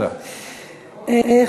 תודה רבה.